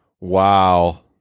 Wow